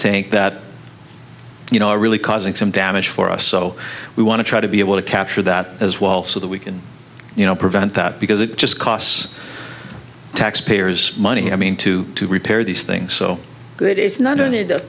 tank that you know really causing some damage for us so we want to try to be able to capture that as well so that we can you know prevent that because it just costs taxpayers money i mean to repair these things so good it's not only the